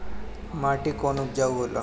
माटी कौन उपजाऊ होला?